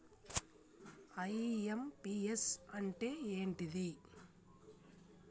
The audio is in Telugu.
ఐ.ఎమ్.పి.యస్ అంటే ఏంటిది?